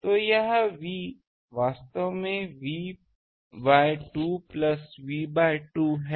तो यह V वास्तव में V by 2 plus V by 2 है